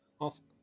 Awesome